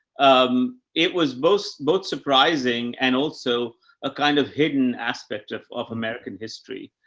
um, it was both, both surprising and also a kind of hidden aspect of, of american history.